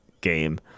game